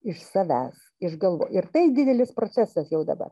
iš savęs iš galvos ir tai didelis procesas jau dabar